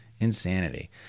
Insanity